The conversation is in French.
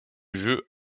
jeu